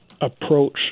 approach